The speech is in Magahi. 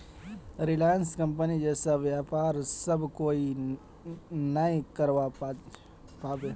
रिलायंस कंपनीर जैसा व्यापार सब कोई नइ करवा पाबे